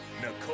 nicole